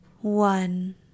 one